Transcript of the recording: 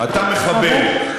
חבר, אתה מחבל.